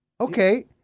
okay